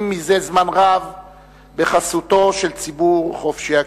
זה זמן רב בחסותו של ציבור חובשי הכיפות.